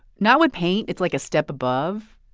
not with paint it's like a step above.